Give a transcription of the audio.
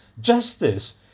justice